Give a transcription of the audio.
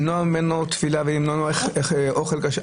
למנוע ממנו תפילה ולמנוע ממנו אוכל כשר,